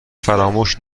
فراموش